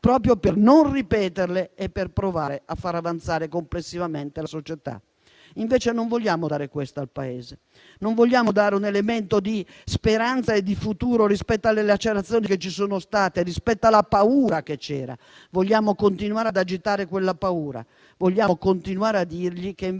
situazioni non si ripetano e per provare a far avanzare complessivamente la società. Invece, non vogliamo dare questo al Paese; non vogliamo dare un elemento di speranza e di futuro rispetto alle lacerazioni che ci sono state e alla paura che c'era. Vogliamo continuare ad agitare quella paura. Vogliamo continuare a dire che, anziché